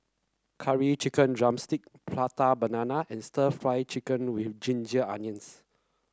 Curry Chicken drumstick Prata Banana and stir Fry Chicken with Ginger Onions